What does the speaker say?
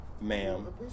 ma'am